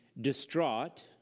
distraught